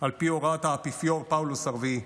על פי הוראת האפיפיור פאולוס הרביעי.